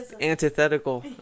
antithetical